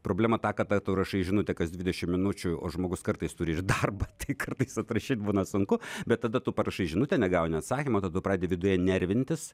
problema ta kada tu rašai žinutę kas dvidešimt minučių o žmogus kartais turi ir darbą tai kartais atrašyt būna sunku bet tada tu parašai žinutę negauni atsakymo tada tu pradedi nervintis